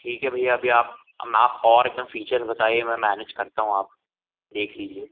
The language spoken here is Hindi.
ठीक है भैया अभी आप आप और एक दम फीचर्स बताइए मैं मैनेज करता हूँ आप देख लीजिए